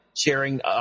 sharing